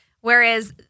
Whereas